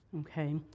okay